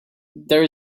there